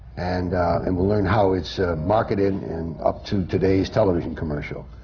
and and we'll learn how it's marketed and up to today's television commercial.